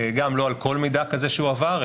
גם לא על כל מידע כזה שהועבר,